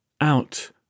Out